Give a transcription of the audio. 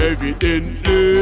Evidently